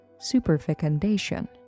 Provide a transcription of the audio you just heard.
superfecundation